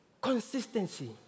Consistency